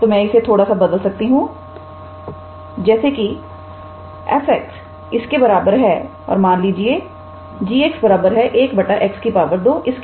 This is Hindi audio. तो मैं इसे थोड़ा सा बदल सकती हूं जैसे कि f इस के बराबर है और मान लीजिए 𝑔𝑥 1 𝑥 2 इसके